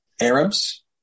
Arabs